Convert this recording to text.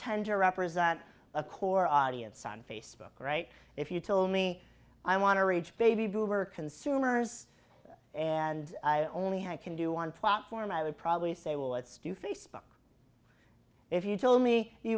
tend to represent a core audience on facebook right if you tell me i want to reach baby boomer consumers and i only had can do one platform i would probably say well let's do facebook if you told me